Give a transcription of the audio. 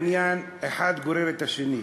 עניין אחד גורר את השני: